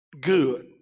good